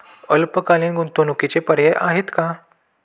अल्पकालीन गुंतवणूकीचे पर्याय आहेत का?